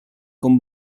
con